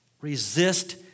Resist